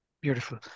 beautiful